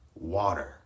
water